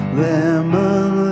lemon